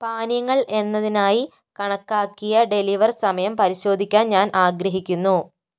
പാനീയങ്ങൾ എന്നതിനായി കണക്കാക്കിയ ഡെലിവർ സമയം പരിശോധിക്കാൻ ഞാൻ ആഗ്രഹിക്കുന്നു